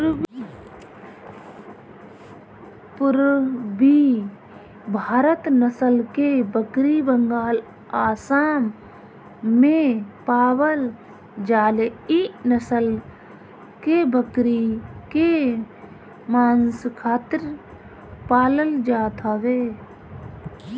पुरबी भारत नसल के बकरी बंगाल, आसाम में पावल जाले इ नसल के बकरी के मांस खातिर पालल जात हवे